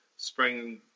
Spring